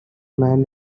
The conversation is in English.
man